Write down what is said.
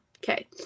Okay